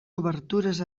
obertures